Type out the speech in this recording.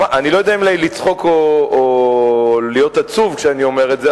אני לא יודע אם לצחוק או להיות עצוב כשאני אומר את זה,